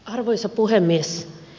arvoisa puhemies